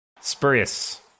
Spurious